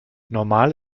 normal